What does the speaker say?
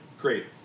great